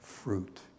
Fruit